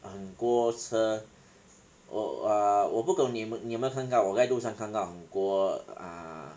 很多车我 err 我不懂你有没有你有没有看到我在路上看到很多 ah